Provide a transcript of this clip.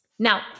Now